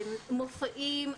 מופעים,